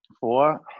Four